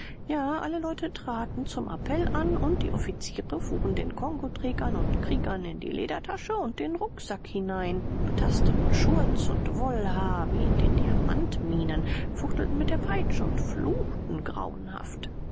ja alle leute traten zum appell an und die offiziere fuhren den kongoträgern und kriegern in die ledertasche und den rucksack hinein betasteten schurz und wollhaar wie in den diamantminen fuchtelten mit der peitsche und fluchten grauenhaft